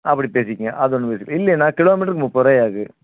அப்படி பேசிக்கங்க அது ஒன்று இல்லைன்னா கிலோமீட்டருக்கு முப்பது ரூபாயாகும்